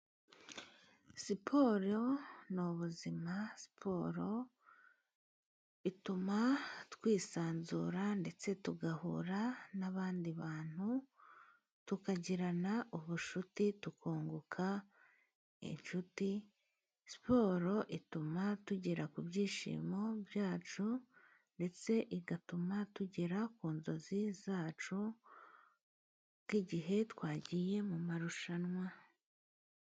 Siporo ni ubuzima, siporo ituma twisanzura ndetse tugahura n'abandi bantu, tukagirana ubucuti, tukunguka inshuti, siporo ituma tugera ku byishimo byacu, ndetse igatuma tugera ku nzozi zacu nk'igihe twagiye mu marushanwa.